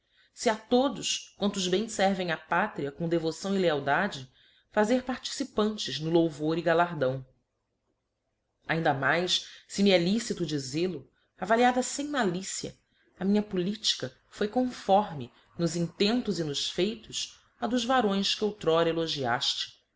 fe a todos quantos bem fervem a pátria com devoção e lealdade fazer participantes no louvor e galardão ainda mais fe me é licito dizel-o avaliada fem malicia a minha politica foi conforme nos intentos e nos feitos á dos varões que outr'ora